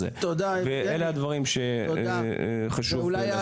אלה הדברים שחשוב להשמיע.